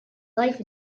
life